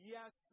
Yes